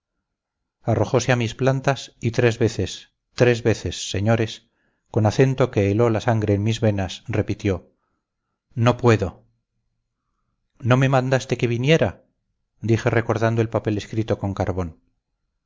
grito arrojose a mis plantas y tres veces tres veces señores con acento que heló la sangre en mis venas repitió no puedo no me mandaste que viniera dije recordando el papel escrito con carbón